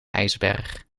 ijsberg